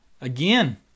Again